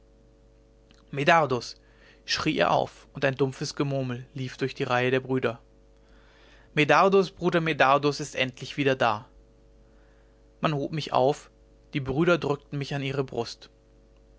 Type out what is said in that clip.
medardus schrie er auf und ein dumpfes gemurmel lief durch die reihe der brüder medardus bruder medardus ist endlich wieder da man hob mich auf die brüder drückten mich an ihre brust